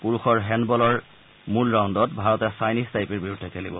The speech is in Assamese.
পুৰুষৰ হেণ্ডবলৰ মূল ৰাউণ্ডত ভাৰতে চাইনীজ টাইপেইৰ বিৰুদ্ধে খেলিব